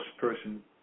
person